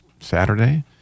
Saturday